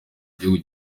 gihugu